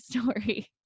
story